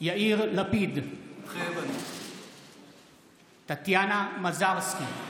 יאיר לפיד, מתחייב אני טטיאנה מזרסקי,